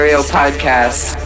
podcast